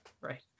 right